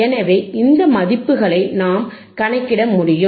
எனவே இந்த மதிப்புகளை நாம் கணக்கிட முடியும்